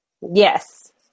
Yes